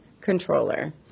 controller